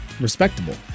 respectable